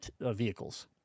vehicles